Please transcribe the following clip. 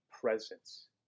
presence